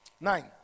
Nine